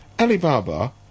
Alibaba